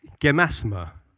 Gemasma